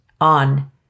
on